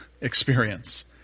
experience